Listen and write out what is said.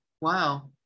Wow